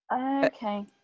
Okay